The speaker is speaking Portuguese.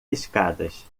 escadas